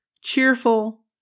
cheerful